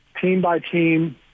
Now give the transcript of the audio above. team-by-team